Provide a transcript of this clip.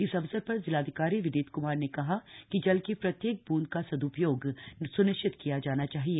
इस अवसर पर जिलाधिकारी विनीत कुमार ने कहा कि जल के प्रत्येक बूंद का सदुपयोग सुनिश्चित किया जाना चाहिए